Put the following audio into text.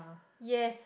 yes